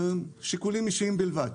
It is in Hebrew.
שיקולים אישיים בלבד.